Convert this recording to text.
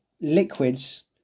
liquids